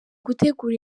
gutegura